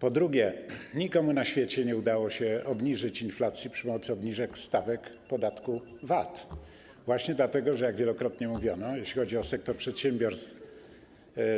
Po drugie, nikomu na świecie nie udało się obniżyć inflacji przy pomocy obniżek stawek podatku VAT, właśnie dlatego że, jak wielokrotnie mówiono, jeśli chodzi o sektor przedsiębiorstw,